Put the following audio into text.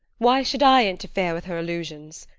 why should i interfere with her illusions?